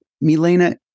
Milena